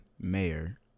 mayor